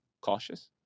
cautious